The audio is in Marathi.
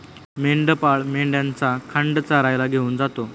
मेंढपाळ मेंढ्यांचा खांड चरायला घेऊन जातो